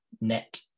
net